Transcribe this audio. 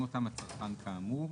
הצרכן כאמור".